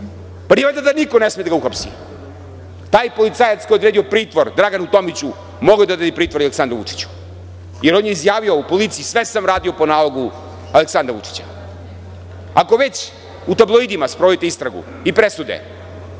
valjda da niko ne sme da ga uhapsi? Taj policajac koji je odredio pritvor Draganu Tomiću, mogao je da odredi pritvor i Aleksandru Vučiću jer on je izjavio u policiji – sve sam radio po nalogu Aleksandra Vučića. Ako već u tabloidima sprovodite istragu i presude